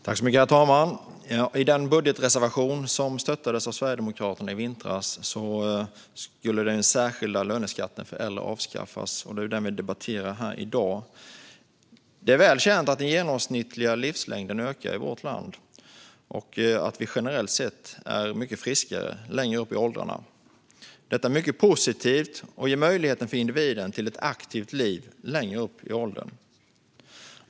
Herr talman! Enligt den budgetreservation som stöddes av Sverigedemokraterna i vintras skulle den särskilda löneskatten för äldre avskaffas, och det är den som vi debatterar här i dag. Det är väl känt att den genomsnittliga livslängden ökar i vårt land och att vi generellt sett är mycket friskare längre upp i åldrarna. Detta är mycket positivt och ger möjlighet för individen till ett aktivt liv längre upp i åldern.